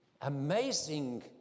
amazing